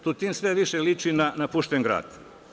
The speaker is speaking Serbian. Tutin sve više liči na napušten grad.